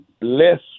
less